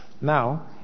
Now